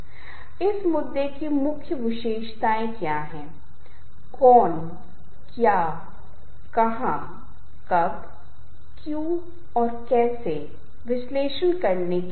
इस बारे में बात करने का कारण यह है कि यह संगीत को भावनाओं की अवधारणा के साथ जोड़ता है और सौंदर्य भावना और संगीत से काफी जुड़ा हुआ है और लोगों के साथ साथ विभिन्न तरीकों से लोगों को मनाने के सामाजिक सांस्कृतिक संदर्भ में प्रासंगिकता है